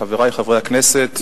חברי חברי הכנסת,